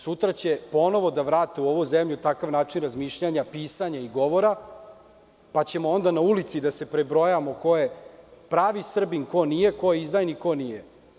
Sutra će ponovo da vrate u ovu zemlju takav način razmišljanja, pisanja i govora, pa ćemo onda na ulici da se prebrojavamo ko je pravi Srbin, ko nije, ko je izdajnik, ko nije.